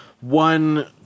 one